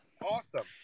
awesome